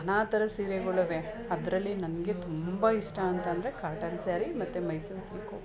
ನಾನಾ ಥರದ ಸೀರೆಗಳಿವೆ ಅದರಲ್ಲಿ ನನಗೆ ತುಂಬ ಇಷ್ಟ ಅಂತಂದರೆ ಕಾಟನ್ ಸ್ಯಾರಿ ಮತ್ತು ಮೈಸೂರು ಸಿಲ್ಕು